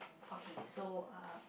okay so uh